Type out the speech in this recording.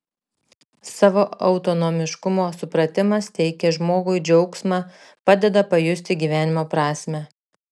savo autonomiškumo supratimas teikia žmogui džiaugsmą padeda pajusti gyvenimo prasmę